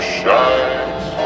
shines